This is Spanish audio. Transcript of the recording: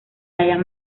rayas